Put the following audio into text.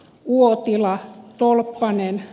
uotila tuul paineen